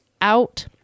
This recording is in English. out